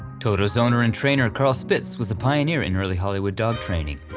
toto's owner and trainer, carl spitz, was a pioneer in early hollywood dog training,